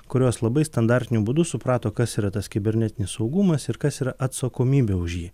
kurios labai standartiniu būdu suprato kas yra tas kibernetinis saugumas ir kas yra atsakomybė už jį